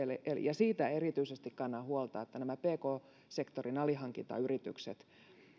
ja siitä erityisesti kannan huolta että mikä näiden pk sektorin alihankintayritysten